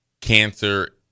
cancer